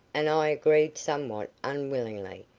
and i agreed somewhat unwillingly,